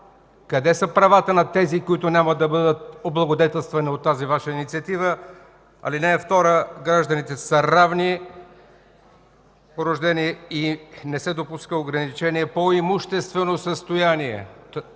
Къде са правата на тези, които няма да бъдат облагодетелствани от тази Ваша инициатива? Алинея 2 – гражданите са равни по рождение и не се допуска ограничение по имуществено състояние!